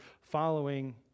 following